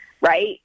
Right